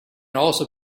also